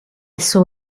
saw